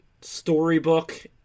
storybook-